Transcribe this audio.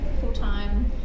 full-time